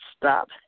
Stop